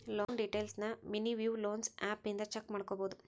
loan ಡೇಟೈಲ್ಸ್ನ money view loans app ಇಂದ check ಮಾಡ್ಕೊಬೋದು